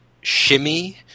shimmy